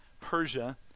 Persia